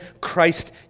Christ